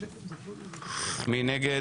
מי נגד?